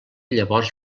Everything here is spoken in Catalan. llavors